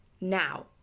now